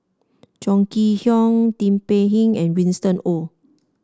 Chong Kee Hiong Tin Pei Ling and Winston Oh